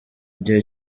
gihe